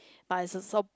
but it's also